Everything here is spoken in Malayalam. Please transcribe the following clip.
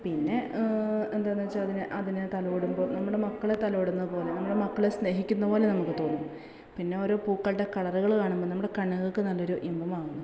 പിന്നെ എന്താണെന്ന് വച്ചാൽ അതിനെ തലോടുമ്പോൾ നമ്മുടെ മക്കളെ തലോടുന്ന പോലെ നമ്മുടെ മക്കളെ സ്നേഹിക്കുന്ന പോലെ നമുക്ക് തോന്നും പിന്നെ ഓരോ പൂക്കളുടെ കളറുകൾ കാണുമ്പോൾ നമ്മുടെ കണ്ണുകൾക്ക് നല്ലൊരു ഇമ്പമാകുന്നു